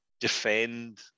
defend